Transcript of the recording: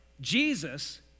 Jesus